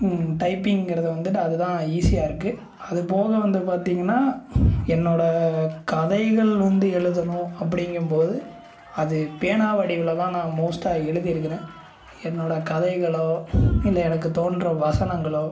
டைப்பிங்கிறது வந்து அதுதான் ஈஸியாகருக்கு அதுபோக வந்து பார்த்திங்கனா என்னோடய கதைகள் வந்து எழுதணும் அப்படிங்கம்போது அது பேனா வடிவில்தான் நான் மோஸ்டாக எழுதியிருக்குறேன் என்னோடய கதைகளோ இல்லை எனக்கு தோன்ற வசனங்களோ